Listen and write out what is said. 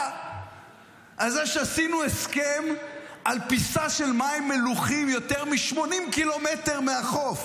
על זה שעשינו הסכם על פיסה של מים מלוחים יותר מ-80 קילומטר מהחוף.